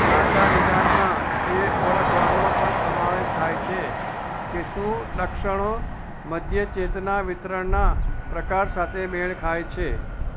સાચા નિદાનમાં એ ઓળખવાનો પણ સમાવેશ થાય છે કે શું લક્ષણો મધ્ય ચેતના વિતરણના પ્રકાર સાથે મેળ ખાય છે